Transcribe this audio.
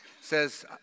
says